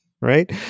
right